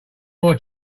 more